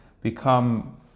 become